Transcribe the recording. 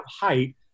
height